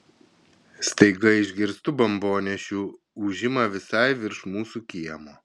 staiga išgirstu bombonešių ūžimą visai virš mūsų kiemo